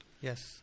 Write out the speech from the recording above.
Yes